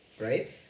right